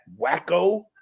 wacko